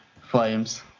Flames